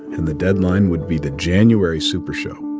and the deadline would be the january super show,